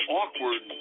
awkward